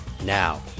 Now